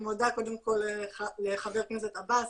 אני מודה קודם כל לחבר הכנסת עבאס,